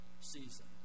season